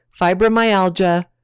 fibromyalgia